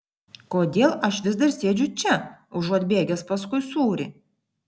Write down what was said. kodėl aš vis dar sėdžiu čia užuot bėgęs paskui sūrį